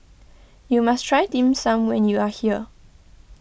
you must try Dim Sum when you are here